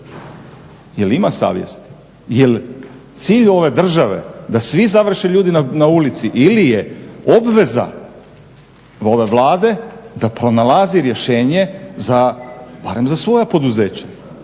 Jel ima savjest? Jel cilj ove države da svi završe ljudi na ulici ili je obveza ove Vlade da pronalazi rješenje barem za svoja poduzeća?